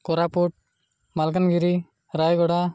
Koraput Malkangiri Rayagada